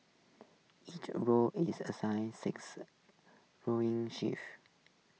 each rower is assigned six rowing shifts